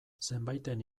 zenbaiten